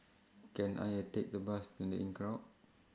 Can I A Take The Bus in The Inncrowd